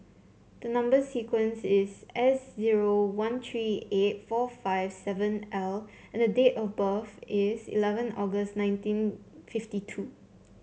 the number sequence is S zero one three eight four five seven L and date of birth is eleven August nineteen fifty two